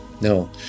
No